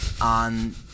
on